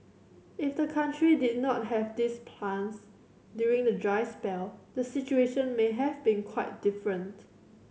if the country did not have these plants during the dry spell the situation may have been quite different